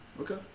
Okay